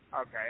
Okay